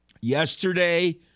yesterday